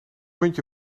muntje